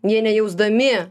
jie nejausdami